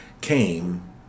came